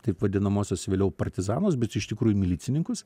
taip vadinamuosius vėliau partizanus bet iš tikrųjų milicininkus